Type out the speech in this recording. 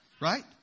Right